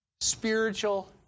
spiritual